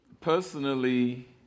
Personally